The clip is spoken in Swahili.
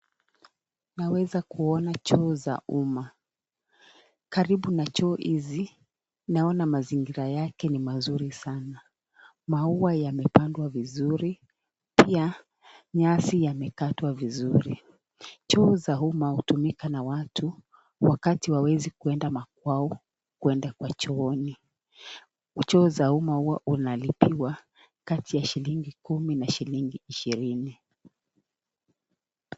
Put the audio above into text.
Naweza kuona choo za uma. Karibu na choo hizi naona mazingira yake ni mazuri sana. Maua yamepandwa vizuri pia nyasi yamekatwa vizuri. Choo za uma hutumika na watu wakati hawawezi kwenda makwao, kwenda kwa chooni. Choo za uma hua unalipiwa kati ya shilingi kumi na shilingi ishirini.